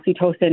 oxytocin